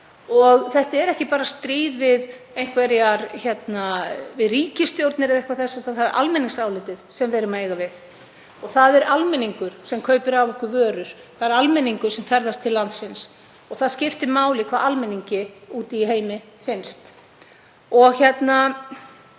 Þetta er ekki bara stríð við einhverjar ríkisstjórnir eða eitthvað þess háttar, það er almenningsálitið sem við erum að eiga við. Það er almenningur sem kaupir af okkur vörur. Það er almenningur sem ferðast til landsins og það skiptir máli hvað almenningi úti í heimi finnst. Ég held